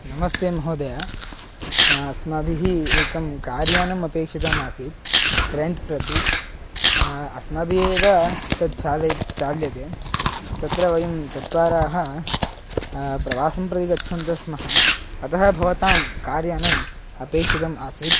नमस्ते महोदय अस्माभिः एकं कार् यानं अपेक्षितमासीत् रेण्ट् प्रति अस्माभिः तत् चालयते चाल्यते तत्र वयं चत्वाराः प्रवासं प्रति गच्छन्तः स्मः अतः भवतां कार् यानं अपेक्षितम् आसीत्